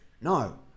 No